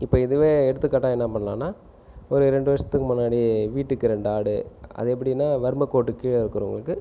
இப்போ இதுவே எடுத்துகாட்டால் என்ன பண்ணலானால் ஒரு ரெண்டு வருஷத்துக்கு முன்னாடி வீட்டுக்கு ரெண்டு ஆடு அது எப்படின்னால் வறுமை கோட்டுக்கு கீழ் இருக்கிறவங்களுக்கு